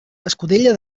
escudella